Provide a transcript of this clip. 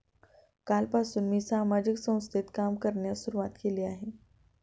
कालपासून मी सामाजिक संस्थेत काम करण्यास सुरुवात केली आहे